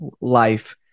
life